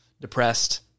depressed